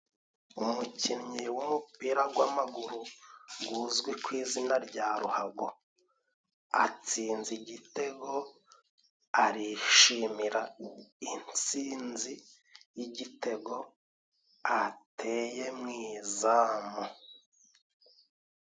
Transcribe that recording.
Umukinnyi w'umupira w'amaguru uzwi ku izina rya ruhago, atsinze igitego arishimira itsinzi y'igitego ateye mu izamu.